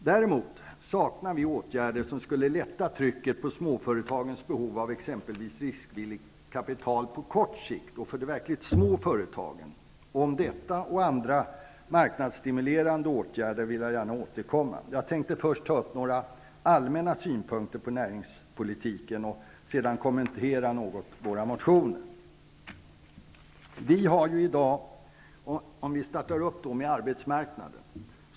Däremot saknar vi åtgärder som skulle lätta trycket på småföretagens behov av exempelvis riskvilligt kapital på kort sikt och för de verkligt små företagen. Till detta och andra marknadsstimulerande åtgärder vill jag gärna återkomma. Jag tänkte först ta upp några allmänna synpunkter på näringspolitiken och sedan något kommentera våra motioner. Jag börjar med arbetsmarknaden.